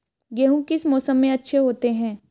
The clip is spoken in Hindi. गेहूँ किस मौसम में अच्छे होते हैं?